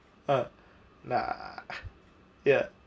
uh nah ya